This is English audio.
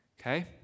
Okay